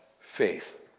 faith